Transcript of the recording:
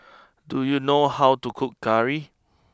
do you know how to cook Curry